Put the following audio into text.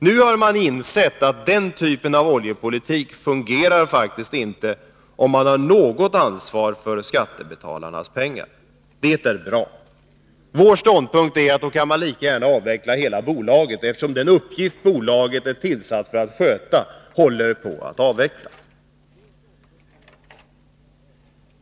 Nu har man insett att den typen av oljepolitik faktiskt inte fungerar, om man har något ansvar för skattebetalarnas pengar. Det är bra. Vår ståndpunkt är att då kan man lika gärna avveckla hela bolaget, eftersom den uppgift bolaget är tillsatt för att sköta håller på att avvecklas.